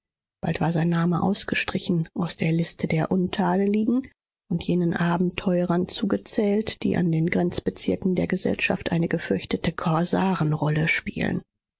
bald war sein name ausgestrichen aus der liste der untadeligen und jenen abenteurern zugezählt die an den grenzbezirken der gesellschaft eine gefürchtete korsarenrolle spielen